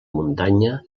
muntanya